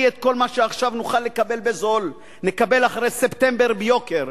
כי את כל מה שעכשיו נוכל לקבל בזול נקבל אחרי ספטמבר ביוקר,